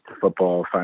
football